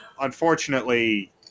unfortunately